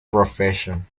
profession